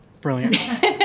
brilliant